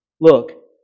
look